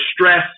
stress